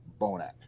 Bonac